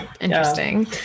interesting